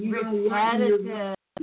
repetitive